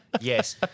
Yes